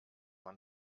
man